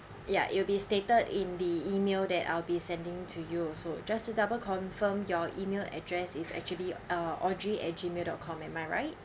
ya it will be stated in the email that I'll be sending to you also just to double confirm your email address is actually uh audrey at G mail dot com am I right